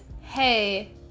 hey